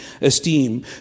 esteem